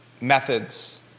methods